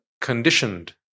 conditioned